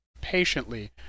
patiently